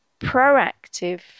proactive